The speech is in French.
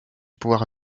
pouvoir